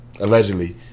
Allegedly